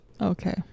Okay